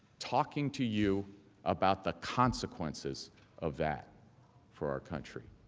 talking to you about the consequences of that for our country.